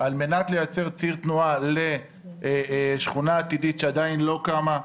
לייצר ציר תנועה לשכונה עתידית שעדיין לא קמה,